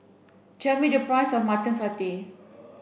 tell me the price of mutton satay